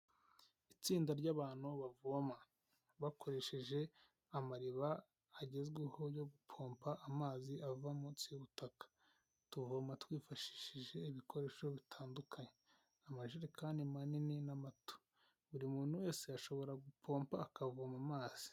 Itsinda ry'abantutu bavoma bakoresheje amariba agezweho yo gutomba amazi ava munsi y'ubutaka, tuvoma twifashishije ibikoresho bitandukanye, amajerekani manini n'amato, buri muntu wese ashobora gupompa akavoma amazi.